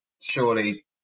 Surely